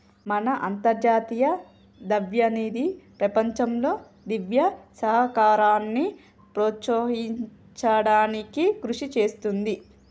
మన అంతర్జాతీయ ద్రవ్యనిధి ప్రపంచంలో దివ్య సహకారాన్ని ప్రోత్సహించడానికి కృషి చేస్తుంది